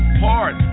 hard